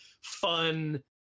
fun